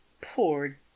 poor